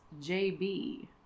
JB